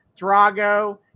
Drago